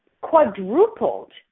quadrupled